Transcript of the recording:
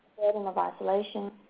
burden of isolation,